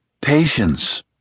Patience